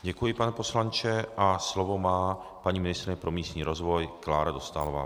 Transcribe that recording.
Děkuji, pane poslanče, a slovo má paní ministryně pro místní rozvoj Klára Dostálová.